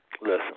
listen